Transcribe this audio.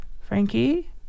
Frankie